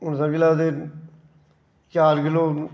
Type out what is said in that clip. होर समझी लैओ के चार किल्लो